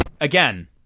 again –